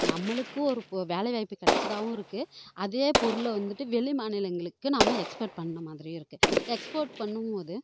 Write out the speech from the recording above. நம்மளுக்கு ஒரு போ வேலைவாய்ப்பு கிடைச்சதாவும் இருக்குது அதே பொருள வந்துட்டு வெளி மாநிலங்களுக்கு நம்ம எக்ஸ்போர்ட் பண்ணிண மாதிரியும் இருக்குது எக்ஸ்போர்ட் பண்ணும் போது